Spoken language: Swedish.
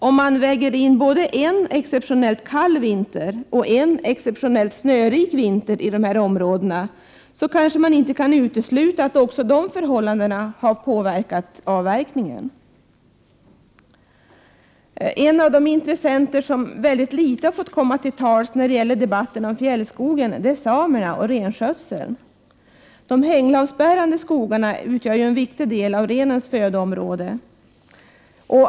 Om man väger in både en exceptionellt kall vinter och en exceptionellt snörik vinter i de här områdena, kanske det inte kan uteslutas att också de förhållandena har påverkat avverkningen. Intressenter som väldigt litet har fått komma till tals i debatten om fjällskogen är samerna och renskötseln. De hänglavsbärande skogarna utgör ju en viktig del av renens födområde.